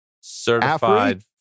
certified